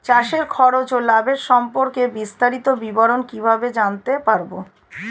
চাষে খরচ ও লাভের সম্পর্কে বিস্তারিত বিবরণ কিভাবে জানতে পারব?